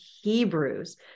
Hebrews